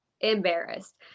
embarrassed